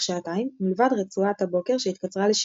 שעתיים מלבד רצועת הבוקר שהתקצרה לשעה,